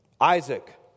Isaac